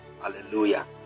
hallelujah